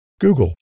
Google